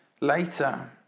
later